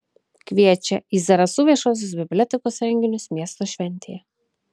kviečia į zarasų viešosios bibliotekos renginius miesto šventėje